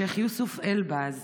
שייח' יוסוף אל-באז,